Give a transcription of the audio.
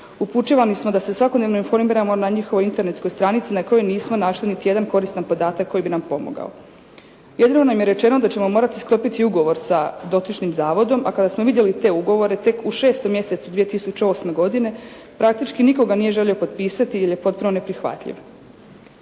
Upućivani smo da se svakodnevno informiramo na njihovoj internetskoj stranici na kojoj nismo našli niti jedan koristan podatak koji bi nam pomogao. Jedino nam je rečeno da ćemo morati sklopiti ugovor sa dotičnim zavodom, a kada smo vidjeli te ugovore, tek u 6. mjesecu 2008. godine praktički nitko ga nije želio potpisati jer je potpuno neprihvatljiv.“